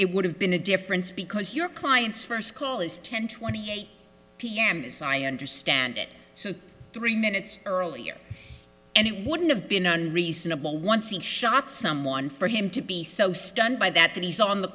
it would have been a difference because your client's first call is ten twenty eight pm as i understand it so three minutes earlier and it wouldn't have been unreasonable once he shot someone for him to be so stunned by that that he's on the